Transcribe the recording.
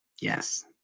Yes